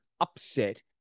upset